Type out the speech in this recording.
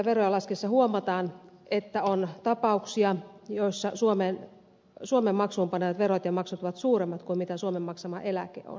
paluumuuttajan veroja laskettaessa huomataan että on tapauksia joissa suomen maksuunpanemat verot ja maksut ovat suuremmat kuin suomen maksama eläke on